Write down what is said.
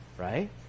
right